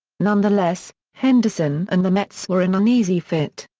nonetheless, henderson and the mets were an uneasy fit.